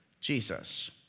Jesus